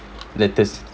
latest